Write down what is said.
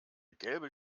gelbe